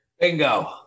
bingo